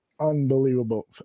Unbelievable